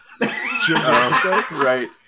right